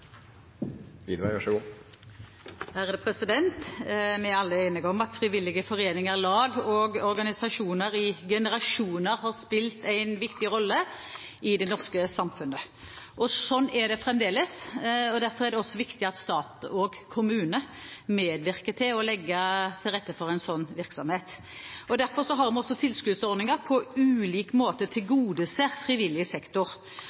alle enige om at frivillige foreninger, lag og organisasjoner i generasjoner har spilt en viktig rolle i det norske samfunnet. Slik er det fremdeles. Derfor er det også viktig at stat og kommune medvirker til å legge til rette for slik virksomhet. Derfor har vi også tilskuddsordninger som på ulik måte tilgodeser frivillig sektor,